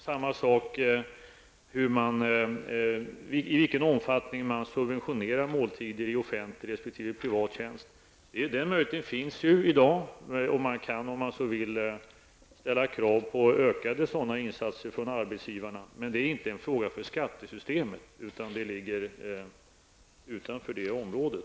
Samma sak är det med frågan om i vilken omfattning man subventionerar måltider i offentlig resp. privat tjänst. Den möjligheten finns i dag, och man kan om man så vill ställa krav på ökade sådana insatser från arbetsgivarna, men det är inte en fråga för skattesystemet, utan det ligger utanför det området.